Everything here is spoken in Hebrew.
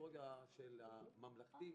בקטגוריה של הממלכתי.